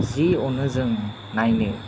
जि अनो जों नायनो